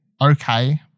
okay